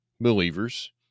believers